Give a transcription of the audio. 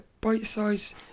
bite-sized